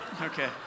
Okay